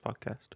podcast